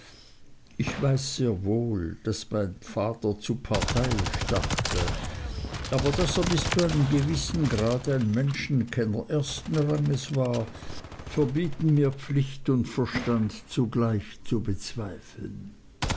ich weiß sehr wohl daß mein vater zu parteiisch dachte aber daß er bis zu einem gewissen grade ein menschenkenner ersten ranges war verbieten mir pflicht und verstand zugleich zu bezweifeln